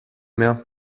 mehr